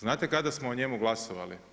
Znate kada smo o njemu glasovali?